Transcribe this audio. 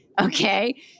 okay